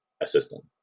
assistant